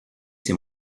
ses